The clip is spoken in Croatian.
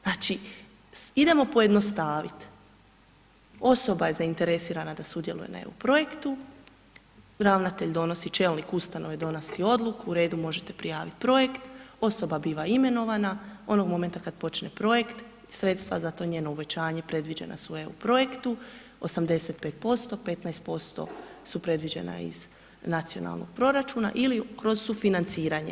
Znači, idemo pojednostavit, osoba je zainteresirana da sudjeluje na EU projektu, ravnatelj donosi, čelnik ustanove donosi odluku, u redu možete prijavit projekt, osoba biva imenovana, onog momenta kad počne projekt, sredstava za to njeno uvećanje predviđena su u EU projektu 85%, 15% su predviđena iz nacionalnog proračuna ili kroz sufinanciranje.